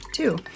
Two